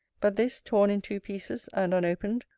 but this, torn in two pieces, and unopened,